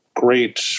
great